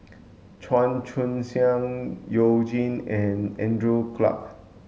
Chan Chun Sing You Jin and Andrew Clarke